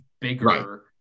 bigger